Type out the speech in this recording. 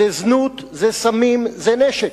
זה זנות, זה סמים, זה נשק.